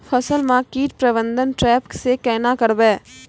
फसल म कीट प्रबंधन ट्रेप से केना करबै?